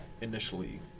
initially